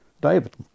David